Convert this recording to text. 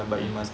mm